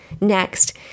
Next